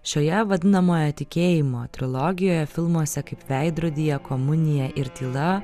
šioje vadinamojoje tikėjimo trilogijoje filmuose kaip veidrodyje komunija ir tyla